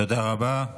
תודה רבה.